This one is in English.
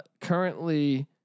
Currently